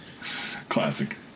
Classic